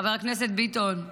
חבר הכנסת ביטון,